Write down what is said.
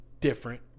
different